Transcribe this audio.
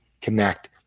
connect